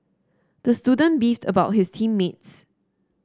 the student beefed about his team mates